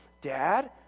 dad